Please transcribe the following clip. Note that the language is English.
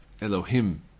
Elohim